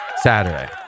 Saturday